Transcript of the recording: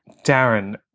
Darren